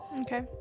Okay